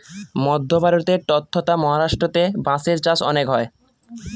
মধ্য ভারতে ট্বতথা মহারাষ্ট্রেতে বাঁশের চাষ অনেক হয়